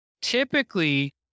typically